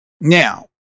Now